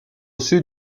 sud